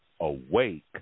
awake